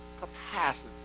capacity